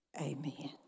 Amen